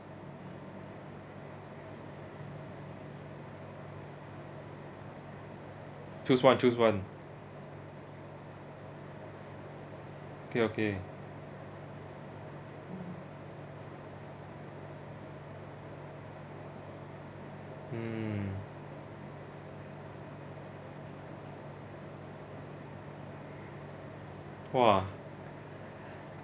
choose one choose one okay okay hmm !wah!